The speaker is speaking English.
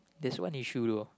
there's one issue though